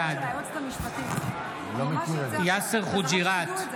בעד יאסר חוג'יראת,